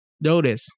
notice